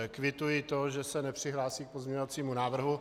Kvituji to, že se nepřihlásí k pozměňovacímu návrhu.